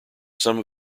some